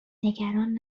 نگران